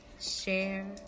Share